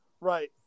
Right